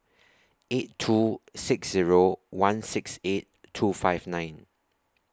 eight two six Zero one six eight two five nine